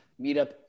meetup